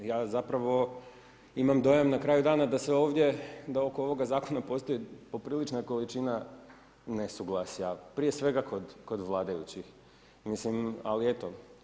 Ja zapravo imam dojam na kraju dana da se ovdje, da oko ovoga zakona postoji poprilična količina nesuglasja, prije svega kod vladajućih, mislim ali eto.